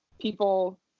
people